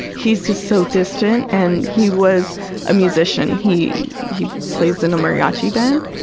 he's just so distant and he was a musician. he he plays in a mariachi band,